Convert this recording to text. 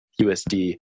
USD